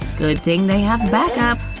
good thing they have back up.